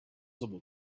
visible